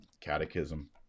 Catechism